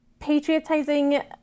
patriotizing